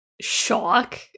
shock